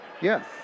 Yes